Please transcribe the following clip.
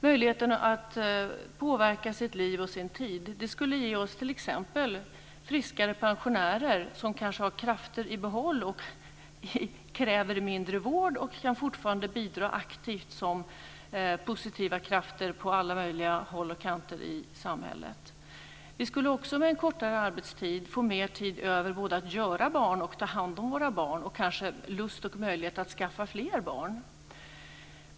Möjligheten att påverka sitt liv och sin tid skulle t.ex. ge oss friskare pensionärer som kanske har krafter i behåll och kräver mindre vård. Därmed skulle de fortfarande kunna bidra aktivt som positiva krafter på alla möjliga håll och kanter i samhället. Med en kortare arbetstid skulle vi också få mer tid över både att göra barn och ta hand om våra barn. Vi skulle kanske få lust och möjlighet att skaffa fler barn.